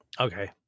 Okay